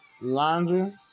laundry